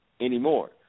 anymore